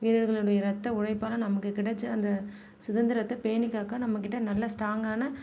வீரர்களுடைய ரத்த உழைப்பால் நமக்கு கிடைத்த அந்த சுதந்திரத்தை பேணிக் காக்க நம்ம கிட்ட நல்ல ஸ்ட்ராங்கான